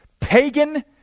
Pagan